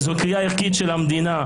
זו קריאה ערכית של המדינה.